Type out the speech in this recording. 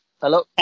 Hello